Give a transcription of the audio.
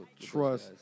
trust